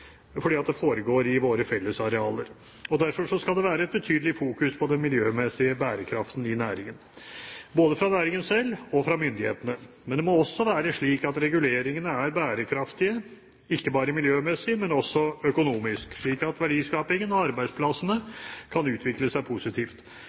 fordi dette foregår i våre fellesarealer. Derfor skal det være et betydelig fokus på den miljømessige bærekraften i næringen, både fra næringen selv og fra myndighetene. Men det må også være slik at reguleringene er bærekraftige, ikke bare miljømessig, men økonomisk, slik at verdiskapingen og arbeidsplassene